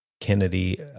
kennedy